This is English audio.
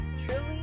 truly